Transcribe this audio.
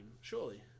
surely